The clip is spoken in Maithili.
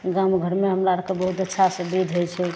गाँवों घरमे हमरा आरके बहुत अच्छा से दूध होइ छै